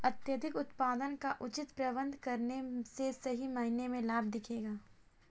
अत्यधिक उत्पादन का उचित प्रबंधन करने से सही मायने में लाभ दिखेगा